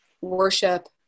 worship